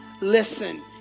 listen